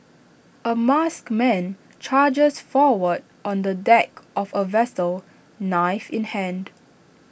A masked man charges forward on the deck of A vessel knife in hand